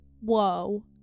whoa